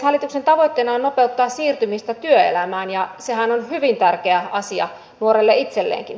hallituksen tavoitteena on nopeuttaa siirtymistä työelämään ja sehän on hyvin tärkeä asia nuorelle itselleenkin